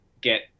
get